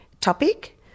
topic